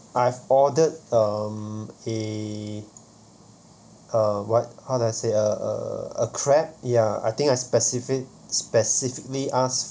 I've ordered um a a what how do I say uh a crab ya I think I specific specifically ask